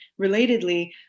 relatedly